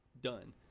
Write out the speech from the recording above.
done